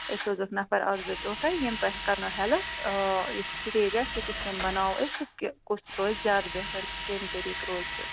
أسۍ سوزَو نَفر اکھ زٕ برٛونٛٹھٕے یِم تۅہہِ کرٕنو ہیٚلپ یُس سِٹیج آسہِ سُہ کِتھٕ کٔنۍ بَناوَو أسۍ تہٕ کُس روزِ زیادٕ بہتر کمہِ طریقہِ روزوٕ